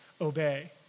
obey